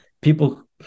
people